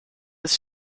ist